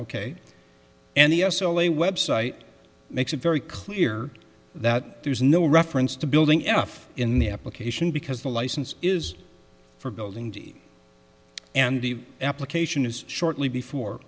ok and the s l a website makes it very clear that there's no reference to building f in the application because the license is for building d and the application is shortly before